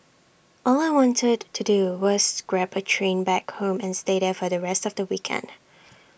all I wanted to do was grab A train back home and stay there for the rest of the weekend